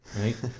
Right